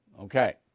Okay